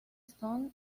stone